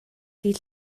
dydd